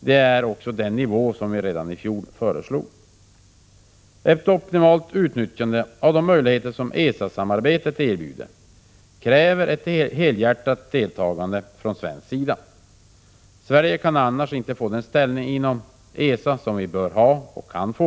Det är den nivå som vi föreslog redan i fjol. Ett optimalt utnyttjande av de möjligheter som ESA-samarbetet erbjuder kräver ett helhjärtat deltagande från svensk sida. Sverige kan annars inte få den ställning inom ESA som vi bör ha och kan få.